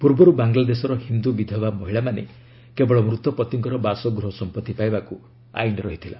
ପୂର୍ବରୁ ବାଂଲାଦେଶର ହିନ୍ଦୁ ବିଧବା ମହିଳାମାନେ କେବଳ ମୃତ ପତିଙ୍କର ବାସଗୃହ ସମ୍ପତ୍ତି ପାଇବାକୁ ଆଇନ ଥିଲା